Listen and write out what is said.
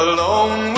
Alone